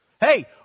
Hey